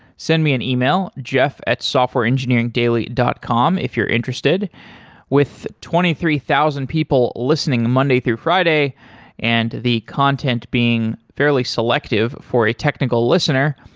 send me an e-mail jeff at softwareengineeringdaily dot com if you're interested with twenty three thousand people listening monday through friday and the content being fairly selective for a technical listener,